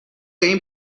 این